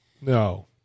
No